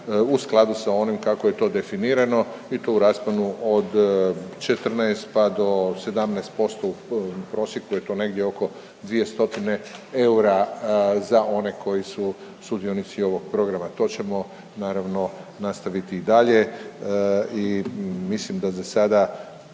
u skladu sa onim kako je to definirano i to u rasponu od 14, pa do 17%, u prosjeku je to negdje oko dvije stotine eura za one koji su sudionici ovog programa. To ćemo naravno nastaviti i dalje i mislim da zasada